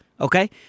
okay